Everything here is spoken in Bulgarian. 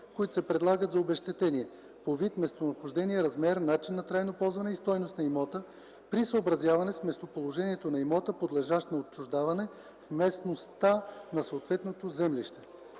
които се предлагат за обезщетение – по вид, местонахождение, размер, начин на трайно ползване и стойност на имота, при съобразяване с местоположението на имота, подлежащ на отчуждаване, в местността на съответното землище.